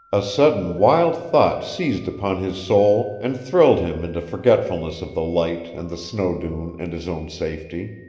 a sudden wild thought seized upon his soul and thrilled him into forgetfulness of the light and the snow-dune and his own safety.